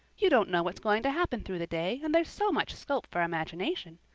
you don't know what's going to happen through the day, and there's so much scope for imagination.